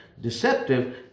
deceptive